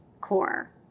CORE